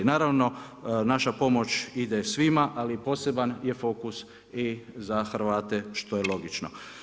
Naravno, naša pomoć ide svima, ali poseban je fokus i za Hrvate što je logično.